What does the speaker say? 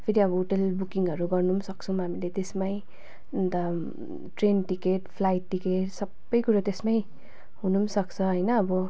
फेरि अब होटल बुकिङहरू गर्न पनि सक्छौँ हामीले त्यसमै अन्त ट्रेन टिकट फ्लाइट टिकट सबै कुरो त्यसमै हुनु पनि सक्छ होइन अब